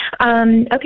Okay